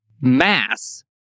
mass